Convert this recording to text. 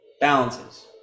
Balances